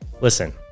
listen